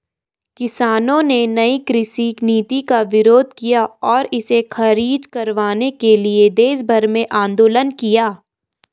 किसानों ने नयी कृषि नीति का विरोध किया और इसे ख़ारिज करवाने के लिए देशभर में आन्दोलन किया